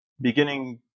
beginning